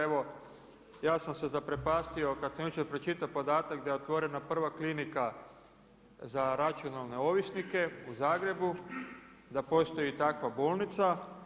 Evo, ja sam se zaprepastio kada sam jučer pročitao podatak da je otvorena prva klinika za računalne ovisnike u Zagrebu, da postoji takva bolnica.